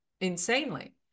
insanely